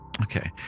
okay